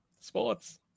sports